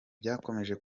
byakomeje